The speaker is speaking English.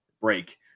break